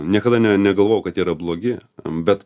niekada ne negalvojau kad jie yra blogi bet